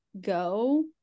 go